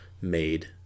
made